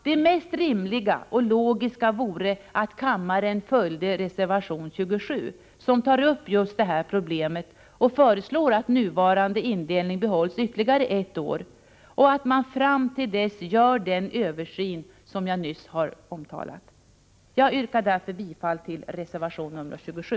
Det mest rimliga och logiska vore att kammaren följde reservation 27, i vilken vi tar upp just det här problemet och föreslår att nuvarande indelning behålls ytterligare ett år och att man fram till dess gör den översyn som jag nyss omtalat. Jag yrkar bifall till reservation nr 27.